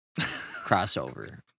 crossover